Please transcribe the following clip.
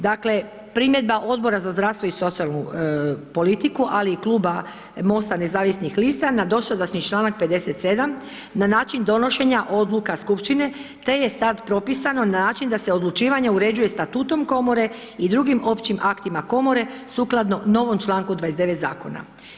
Dakle primjedba Odbora za zdravstvo i socijalnu politiku ali i Kluba MOST-a nezavisnih lista na dosadašnji članak 57. na način donošenja odluka skupštine te je sad propisano na način da se odlučivanje uređuje statutom komore i drugim općim aktima komore sukladno novom članku 29. zakona.